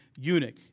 eunuch